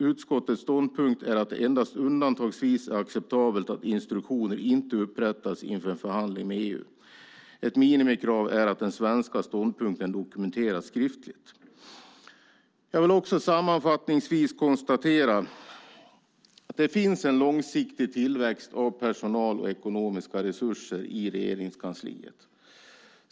Utskottets ståndpunkt är att det endast undantagsvis är acceptabelt att instruktioner inte upprättas inför en förhandling med EU. Ett minimikrav är att den svenska ståndpunkten dokumenteras skriftligt. Sammanfattningsvis konstaterar jag att det finns en långsiktig tillväxt av personal och ekonomiska resurser i Regeringskansliet.